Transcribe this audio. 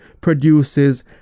produces